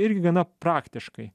irgi gana praktiškai